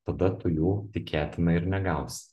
tada tu jų tikėtina ir negausi